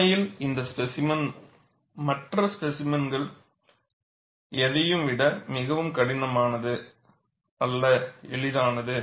உண்மையில் இந்த ஸ்பேசிமென் மற்ற ஸ்பேசிமென்கள் எதையும் விட மிகவும் எளிதானது